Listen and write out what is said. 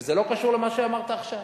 וזה לא קשור למה שאמרת עכשיו.